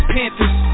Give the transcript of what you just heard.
Panthers